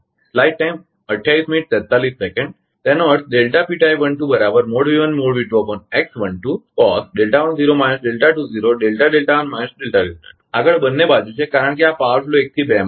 તેનો અર્થ આગળ બંને બાજુ છે કારણ કે આ પાવર ફ્લો 1 થી 2 માં છે